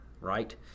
right